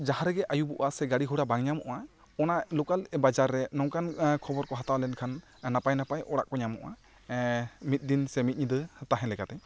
ᱡᱟᱦᱟᱸ ᱨᱮᱜᱮ ᱟᱹᱭᱩᱵᱚᱜᱼᱟ ᱥᱮ ᱜᱟᱹᱲᱤ ᱜᱷᱚᱲᱟ ᱵᱟᱝ ᱧᱟᱢᱚᱜᱼᱟ ᱚᱱᱟ ᱞᱚᱠᱟᱞ ᱵᱟᱡᱟᱨ ᱨᱮ ᱱᱚᱝᱠᱟᱱ ᱠᱷᱚᱵᱚᱨ ᱠᱚ ᱦᱟᱛᱟᱣ ᱞᱮᱱ ᱠᱷᱟᱱ ᱱᱟᱯᱟᱭ ᱱᱟᱯᱟᱭ ᱚᱲᱟᱜ ᱠᱚ ᱧᱟᱢᱚᱜᱼᱟ ᱢᱤᱫ ᱫᱤᱱ ᱥᱮ ᱢᱤᱫ ᱧᱤᱸᱫᱟᱹ ᱛᱟᱦᱮᱸ ᱞᱮᱠᱟᱛᱮ